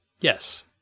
yes